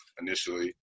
initially